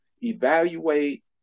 evaluate